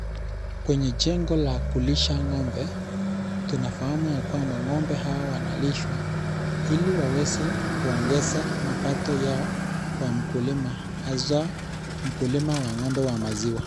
Kwenye jengo la kulisha ng'ombe tunafahamu ya kwamba ng'ombe hawa wanalishwa ili waweze kuongeza mabato yao kwa mkulima hasa mkulimaa wa ng'ombe wa maziwa.